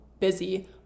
busy